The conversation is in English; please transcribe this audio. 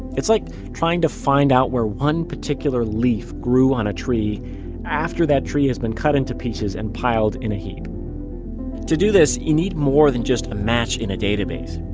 it's like trying to find out where one particular leaf grew on a tree after that tree has been cut into pieces and piled in a heap to do this, you need more than just match in a database.